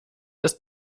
ist